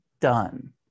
done